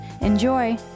Enjoy